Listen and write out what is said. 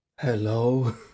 hello